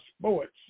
sports